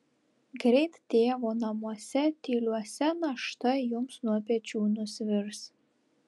greit tėvo namuose tyliuose našta jums nuo pečių nusvirs